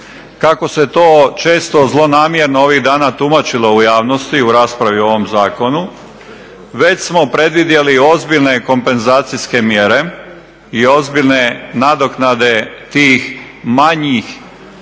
kako se to često zlonamjerno ovih dana tumačilo u javnosti u raspravi o ovom zakonu, već smo predvidjeli ozbiljne kompenzacijske mjere i ozbiljne nadoknade tih manjih